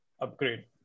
upgrade